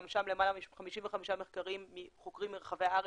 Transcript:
גם שם למעלה מ-55 מחקרים של חוקרים מרחבי הארץ,